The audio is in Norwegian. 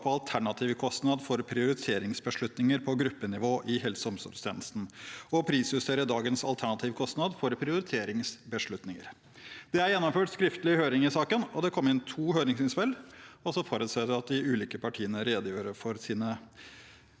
på alternativkostnad for prioriteringsbeslutninger på gruppenivå i helse- og omsorgstjenesten og om å prisjustere dagens alternativkostnad for prioriteringsbeslutninger. Det er gjennomført skriftlig høring i saken, og det kom inn to høringsinnspill. Jeg forutsetter at de ulike partiene redegjør for sine